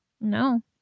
No